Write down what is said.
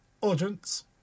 audience